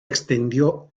extendió